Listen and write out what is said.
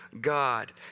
God